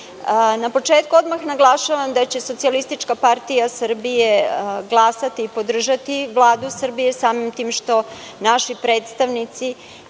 početku odmah naglašavam da će Socijalistička partija Srbije glasati i podržati Vladu Srbije, samim tim što naši predstavnici